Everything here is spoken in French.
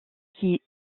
qui